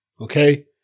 okay